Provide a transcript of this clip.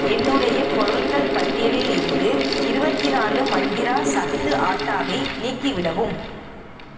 என்னுடைய பொருள்கள் பட்டியலிலிருந்து இருபத்தி நாலு மந்திரா சத்து ஆட்டாவை நீக்கிவிடவும்